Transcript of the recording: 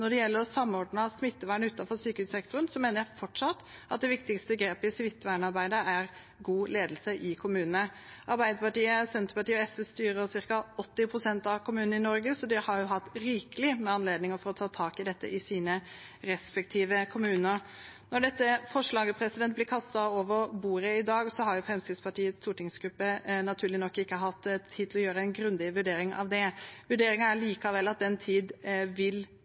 det gjelder samordnet smittevern utenfor sykehussektoren, mener jeg fortsatt det viktigste grepet i smittevernarbeidet er god ledelse i kommunene. Arbeiderpartiet, Senterpartiet og SV styrer ca. 80 pst. av kommunene i Norge, så de har hatt rikelig med anledninger til å ta tak i dette i sine respektive kommuner. Når dette forslaget blir kastet over bordet i dag, har Fremskrittspartiets stortingsgruppe naturlig nok ikke hatt tid til å gjøre en grundig vurdering av det. Vurderingen er likevel at den tid vil